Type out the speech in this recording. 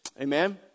Amen